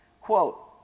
Quote